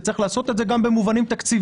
וצריך לעשות את זה גם במובנים תקציביים.